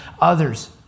others